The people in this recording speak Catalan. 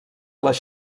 les